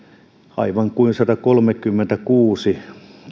aivan kuin satakolmekymmentäkuusi